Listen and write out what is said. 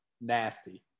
Nasty